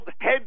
head